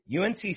UNC